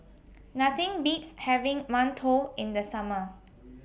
Nothing Beats having mantou in The Summer